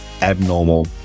abnormal